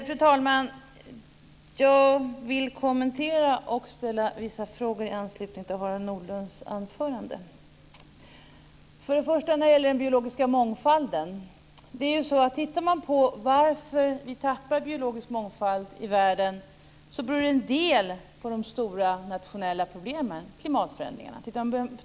Fru talman! Jag vill kommentera och ställa vissa frågor i anslutning till Harald Nordlunds anförande. Först gäller det den biologiska mångfalden. Anledningen till att vi tappar biologisk mångfald i världen är till en del de stora nationella problemen, klimatförändringarna.